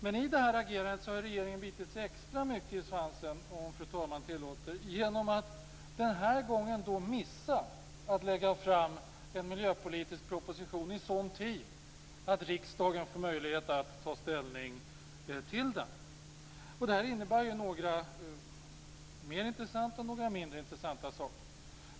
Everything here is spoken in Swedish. Men i det här agerandet har regeringen bitit sig extra mycket i svansen, om fru talman tillåter, genom att den här gången missa att lägga fram en miljöpolitisk proposition i sådan tid att riksdagen får möjlighet att ta ställning till den. Det här innebär några mer intressanta och några mindre intressanta saker.